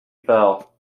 fell